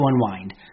unwind